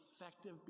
effective